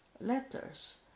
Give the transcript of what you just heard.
letters